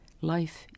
Life